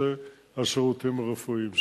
בנושא השירותים הרפואיים שלהם.